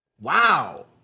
Wow